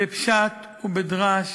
בפשט ובדרש,